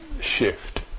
shift